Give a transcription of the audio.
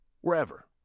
wherever